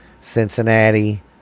Cincinnati